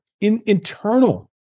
internal